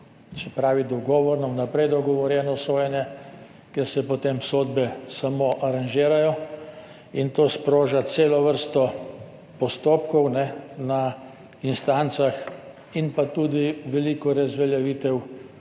se pravi dogovorno, vnaprej dogovorjeno sojenje, kjer se potem sodbe samo aranžirajo. To sproža celo vrsto postopkov na instancah in tudi veliko razveljavitev